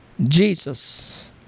Jesus